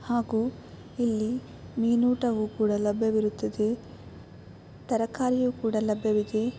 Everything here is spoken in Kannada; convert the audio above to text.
ಹಾಗೂ ಇಲ್ಲಿ ಮೀನು ಊಟವೂ ಕೂಡ ಲಭ್ಯವಿರುತ್ತದೆ ತರಕಾರಿಯೂ ಕೂಡ ಲಭ್ಯವಿದೆ